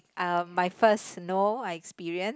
uh my first snow I experience